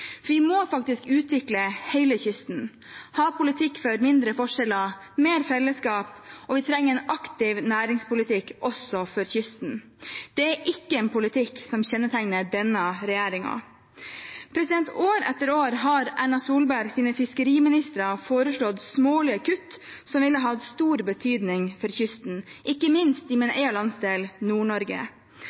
kysten. Vi må faktisk utvikle hele kysten, ha en politikk for mindre forskjeller og mer fellesskap, vi trenger en aktiv næringspolitikk også for kysten. Det er ikke en politikk som kjennetegner denne regjeringen. År etter år har Erna Solbergs fiskeriministre foreslått smålige kutt i det som ville hatt stor betydning for kysten, ikke minst i min egen landsdel,